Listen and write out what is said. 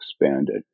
expanded